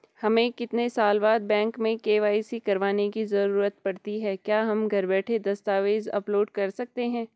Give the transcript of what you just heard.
हमें कितने साल बाद बैंक में के.वाई.सी करवाने की जरूरत पड़ती है क्या हम घर बैठे दस्तावेज़ अपलोड कर सकते हैं?